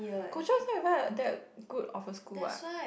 Kuo Chuan is not even like what that good of a school what